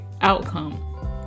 outcome